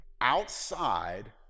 outside